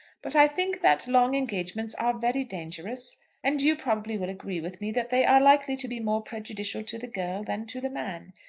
but i think that long engagements are very dangerous and you probably will agree with me that they are likely to be more prejudicial to the girl than to the man.